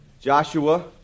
Joshua